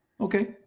Okay